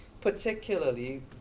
Particularly